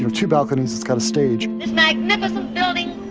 two balconies. it's got a stage this magnificent building,